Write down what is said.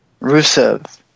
Rusev